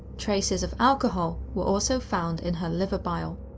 traces of alcohol were also found in her liver bile.